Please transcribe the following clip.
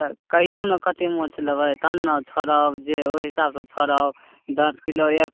तऽ कहियौ ने कतेक माछ लेबै तखन ने छोड़ब जे ओहि हिसाबसँ छोड़ब दस किलो एक